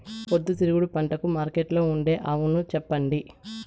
పొద్దుతిరుగుడు పంటకు మార్కెట్లో ఉండే అవును చెప్పండి?